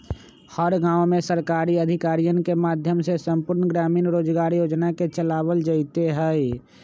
हर गांव में सरकारी अधिकारियन के माध्यम से संपूर्ण ग्रामीण रोजगार योजना के चलावल जयते हई